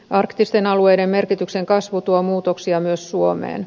arktisten alueiden merkityksen kasvu tuo muutoksia myös suomeen